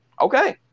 Okay